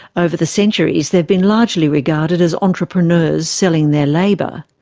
over the centuries they've been largely regarded as entrepreneurs selling their labour.